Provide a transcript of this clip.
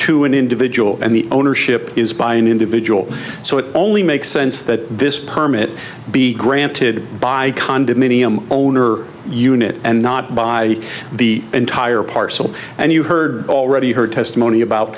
to an individual and the ownership is by an individual so it only makes sense that this permit be granted by condominium owner unit and not by the entire parcel and you heard already heard testimony about